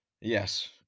Yes